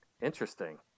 interesting